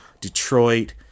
Detroit